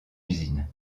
usine